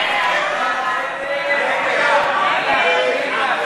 מי נגדה?